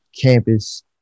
campus